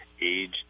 age